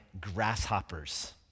grasshoppers